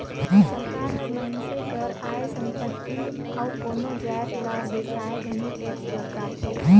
सरकार हर मइनसे कर आय, संपत्ति अउ कोनो जाएत ल बेसाए घनी टेक्स लगाथे